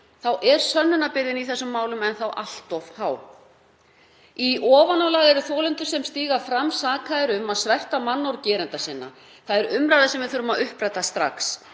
er sönnunarbyrðin í þeim málum enn þá allt of þung. Í ofanálag eru þolendur sem stíga fram sakaðir um að sverta mannorð gerenda sinna. Það er umræða sem við þurfum að uppræta strax.